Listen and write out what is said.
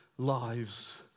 Lives